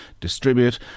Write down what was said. distribute